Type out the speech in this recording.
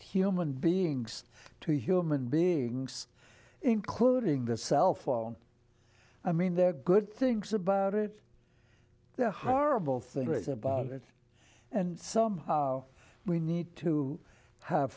human beings to human beings including the cellphone i mean there are good things about it they're horrible things about it and somehow we need to have